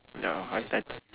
ya I bet